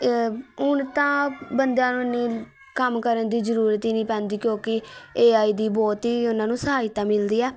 ਹੁਣ ਤਾਂ ਬੰਦਿਆਂ ਨੂੰ ਇੰਨੀ ਕੰਮ ਕਰਨ ਦੀ ਜ਼ਰੂਰਤ ਹੀ ਨਹੀਂ ਪੈਂਦੀ ਕਿਉਂਕਿ ਏ ਆਈ ਦੀ ਬਹੁਤ ਹੀ ਉਹਨਾਂ ਨੂੰ ਸਹਾਇਤਾ ਮਿਲਦੀ ਹੈ